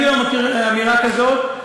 אני לא מכיר אמירה כזאת.